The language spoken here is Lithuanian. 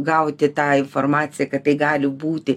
gauti tą informaciją kad tai gali būti